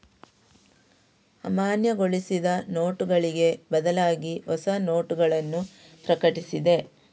ಅಮಾನ್ಯಗೊಳಿಸಿದ ನೋಟುಗಳಿಗೆ ಬದಲಾಗಿಹೊಸ ನೋಟಗಳನ್ನು ಪ್ರಕಟಿಸಿದೆ